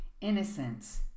Innocence